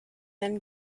then